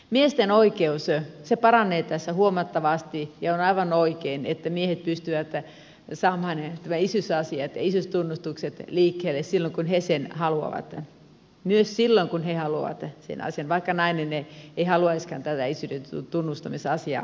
miesten oikeus paranee tässä huomattavasti ja on aivan oikein että miehet pystyvät saamaan nämä isyysasiat ja isyystunnustukset liikkeelle myös silloin kun he sitä haluavat ja mies sillä kun he halua että siinä se vaikka nainen ei haluaisikaan tätä isyyden tunnustamisasiaa hoitaa